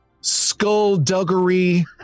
skullduggery